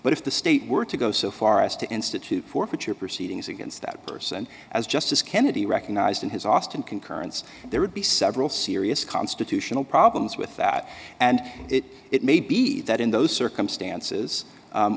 but if the state were to go so far as to institute for future proceedings against that person as justice kennedy recognized in his austin concurrence there would be several serious constitutional problems with that and it may be that in those circumstances